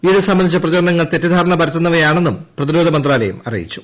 ഇത് സംബന്ധിച്ച പ്രചരണങ്ങൾ തെറ്റിദ്ധാരണ പരത്തുന്നവയാണെന്നും പ്രതിരോധ മന്ത്രാലയം അറിയിച്ചു